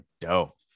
dope